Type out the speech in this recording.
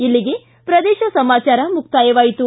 ಇಲ್ಲಿಗೆ ಪ್ರದೇಶ ಸಮಾಚಾರ ಮುಕ್ತಾಯವಾಯಿತು